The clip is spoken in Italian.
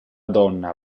donna